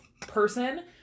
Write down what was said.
person